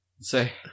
Say